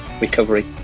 recovery